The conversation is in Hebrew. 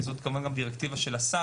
זו גם דירקטיבה של השר,